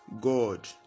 God